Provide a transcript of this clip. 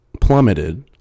plummeted